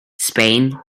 spain